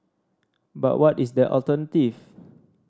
but what is the alternative